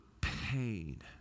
pain